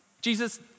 jesus